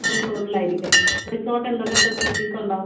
റിസോർട്ടിലായിരിക്കും resort എന്തൊക്കെ facilities ഉണ്ടാവും